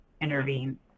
intervene